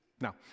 Now